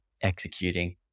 executing